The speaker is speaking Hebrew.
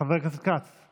כנסת